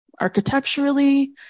architecturally